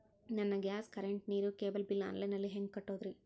ನನ್ನ gas, current, ನೇರು, cable bill online ನಲ್ಲಿ ಹೆಂಗ್ ಕಟ್ಟೋದ್ರಿ?